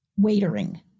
waitering